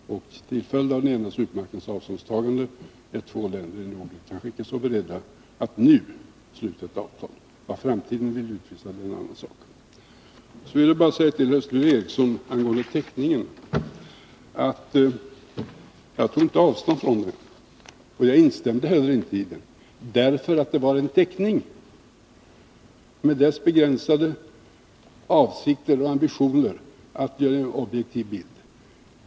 Till följd av den ena supermaktens avståndstagande är två länder i Norden kanske inte så beredda att nu sluta ett avtal. Vad framtiden kommer att utvisa är en annan sak. Sedan vill jag säga till Sture Ericson angående teckningen: Jag tog inte avstånd från teckningen, och jag instämde inte heller — därför att det var en teckning, med dess begränsade avsikter och ambitioner att ge en objektiv bild.